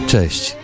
Cześć